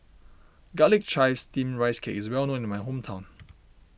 Garlic Chives Steamed Rice Cake is well known in my hometown